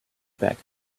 back